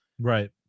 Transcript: Right